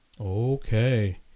Okay